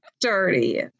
dirty